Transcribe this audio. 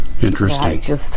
Interesting